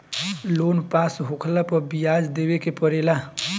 loan pass होखला पअ बियाज देवे के पड़ेला